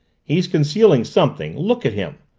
he's concealing something. look at him!